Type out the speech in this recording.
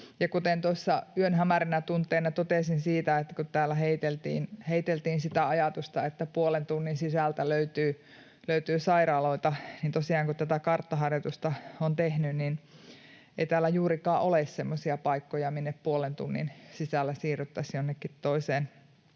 Kuten tuossa yön hämärinä tunteina totesin siitä, että kun täällä heiteltiin sitä ajatusta, että puolen tunnin sisältä löytyy sairaaloita, niin tosiaan, kun tätä karttaharjoitusta on tehnyt, niin ei täällä juurikaan ole semmoisia paikkoja, että puolen tunnin sisällä siirryttäisiin jonnekin toiseen